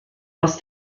aus